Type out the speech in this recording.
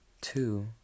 Two